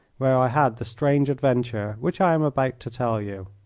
where i had the strange adventure which i am about to tell you.